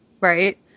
right